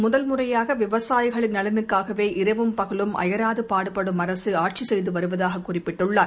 முதல் முறையாகவிவசாயிகளின் நலனுக்காகவே இரவும் பகலும் அயராதுபாடுபடும் அரசுஆட்சிசெய்துவருவதாககுறிப்பிட்டுள்ளார்